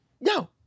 No